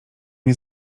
nie